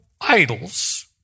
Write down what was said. idols